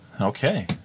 okay